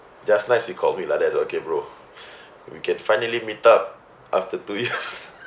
just nice he called me lah that's okay bro we can finally meet up after two years